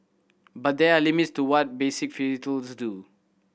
but there are limits to what basic filters do